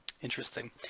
Interesting